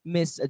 Miss